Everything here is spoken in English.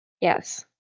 Yes